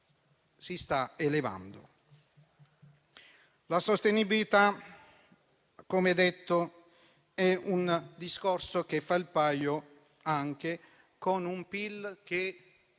La sostenibilità, come detto, è un discorso che fa il paio anche con un PIL che